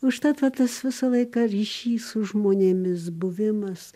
užtat va tas visą laiką ryšys su žmonėmis buvimas